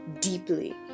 deeply